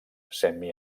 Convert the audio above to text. semi